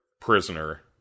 Prisoner